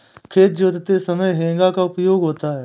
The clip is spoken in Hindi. खेत जोतते समय हेंगा का उपयोग होता है